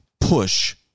push